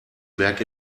berg